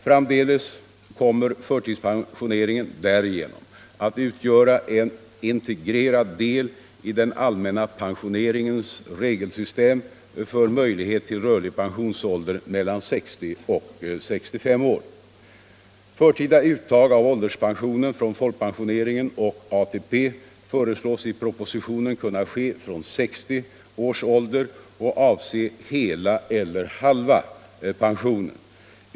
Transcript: Framdeles kommer förtidspensioneringen därigenom att utgöra en integrerad del i den allmänna pensioneringens regelsystem för möjlighet till rörlig pensionsålder mellan 60 och 65 år. Förtida uttag av ålderspensionen från folkpensioneringen och ATP föreslås i propositionen kunna ske från 60 års ålder och avse hela eller halva pensionen.